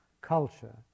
culture